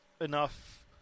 enough